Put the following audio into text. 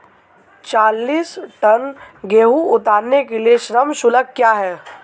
चालीस टन गेहूँ उतारने के लिए श्रम शुल्क क्या होगा?